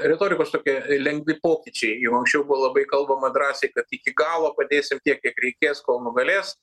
retorikos tokie lengvi pokyčiai jau anksčiau buvo labai kalbama drąsiai kad iki galo padėsim tiek kiek reikės kol nugalės